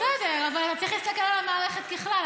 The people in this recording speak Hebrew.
בסדר, אבל צריך להסתכל על המערכת ככלל.